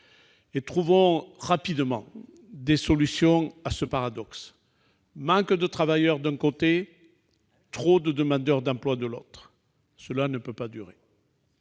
Trouvons rapidement la solution à ce paradoxe : manque de travailleurs d'un côté, trop de demandeurs d'emploi de l'autre. Cela ne peut pas durer